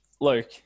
Luke